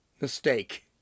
mistake